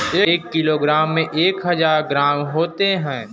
एक किलोग्राम में एक हज़ार ग्राम होते हैं